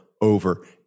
over